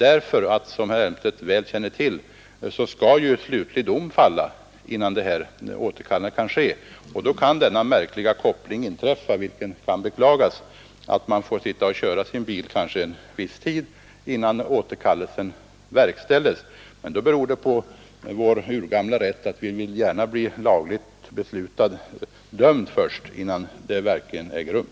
Som herr Elmstedt väl känner till skall slutlig dom falla innan ett återkallande kan ske. Och då kan denna koppling inträffa, vilket kan beklagas, att man får sitta och köra sin bil en viss tid innan återkallelsen verkställs. Men det beror då på vår urgamla rätt att en person skall bli lagligt dömd innan straffet verkställs.